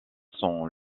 sont